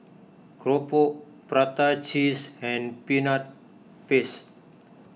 Keropok Prata Cheese and Peanut Paste